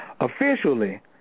officially